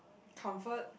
comfort